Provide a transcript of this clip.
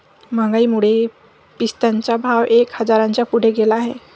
महागाईमुळे पिस्त्याचा भाव एक हजाराच्या पुढे गेला आहे